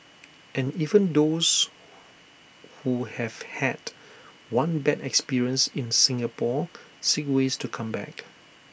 and even those who have had one bad experience in Singapore seek ways to come back